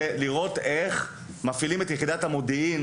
ולראות איך מפעילים את יחידת המודיעין,